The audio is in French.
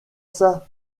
ça